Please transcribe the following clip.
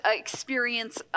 experience